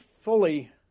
fully